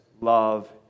love